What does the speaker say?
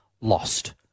lost